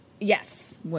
Yes